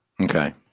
Okay